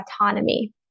autonomy